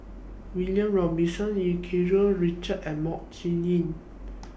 William Robinson EU Keng Mun Richard and Mok Ying Jang